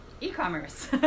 e-commerce